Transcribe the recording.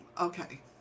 Okay